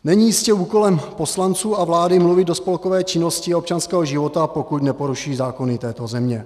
Není jistě úkolem poslanců a vlády mluvit o spolkové činnosti občanského života, pokud neporuší zákony této země.